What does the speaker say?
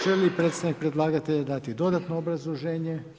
Želi li predstavnik predlagatelja dati dodatno obrazloženje?